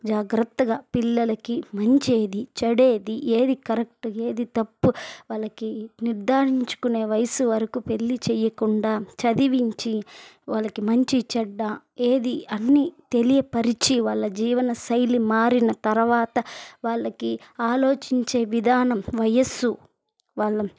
జాగ్రత్తగా పిల్లలకి మంచి ఏది చెడు ఏది ఏది కరెక్ట్ ఏది తప్పు వాళ్ళకు నిర్ధారించుకునే వయసు వరకు పెళ్ళి చేయకుండా చదవించి వాళ్ళకి మంచి చెడ్డ ఏది అన్నీ తెలియపరచి వాళ్ళ జీవన శైలి మారిన తరువాత వాళ్ళకి ఆలోచించే విధానం వయసు వాళ్ళ